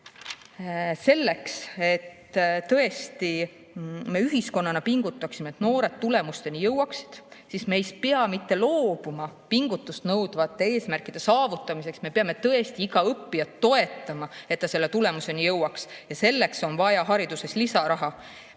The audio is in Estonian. Selleks, et me tõesti ühiskonnana pingutaksime, et noored tulemusteni jõuaksid, ei pea me mitte loobuma pingutust nõudvate eesmärkide saavutamisest, vaid me peame tõesti iga õppijat toetama, et ta selle tulemuseni jõuaks. Selleks on vaja haridusse lisaraha.